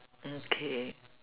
okay